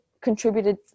contributed